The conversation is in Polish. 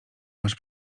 masz